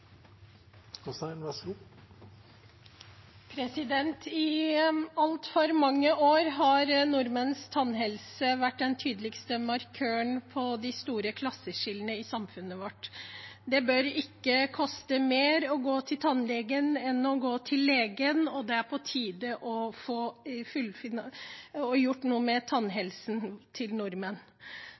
I altfor mange år har nordmenns tannhelse vært den tydeligste markøren på de store klasseskillene i samfunnet vårt. Det bør ikke koste mer å gå til tannlegen enn å gå til legen, og det er på tide å få gjort noe med tannhelsen til nordmenn.